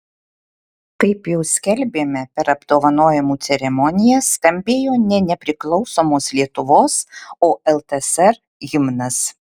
kaip jau skelbėme per apdovanojimų ceremoniją skambėjo ne nepriklausomos lietuvos o ltsr himnas